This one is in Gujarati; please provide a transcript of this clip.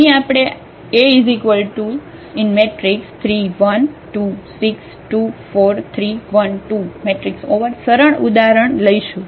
અહીં આપણે આ A3 1 2 6 2 4 3 1 2 સરળ ઉદાહરણ લઈશું